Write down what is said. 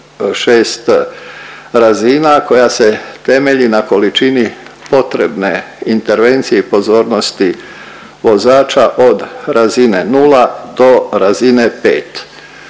6 razina koja se temelji na količini potrebne intervencije i pozornosti vozača od razine nula do razine 5.